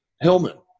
Hillman